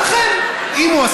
תענה לי, אבל.